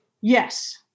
Yes